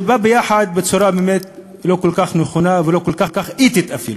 זה בא ביחד בצורה לא כל כך נכונה ולא כל כך אתית אפילו.